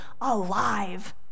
alive